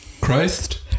Christ